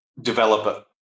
developer